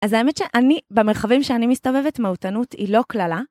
אז האמת שאני, במרחבים שאני מסתובבת, מהותנות היא לא קללה.